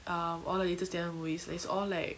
um all the latest tamil movies is all like